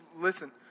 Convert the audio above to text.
listen